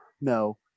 No